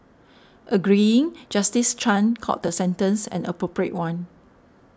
agreeing Justice Chan called the sentence an appropriate one